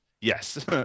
Yes